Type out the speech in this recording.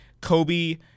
Kobe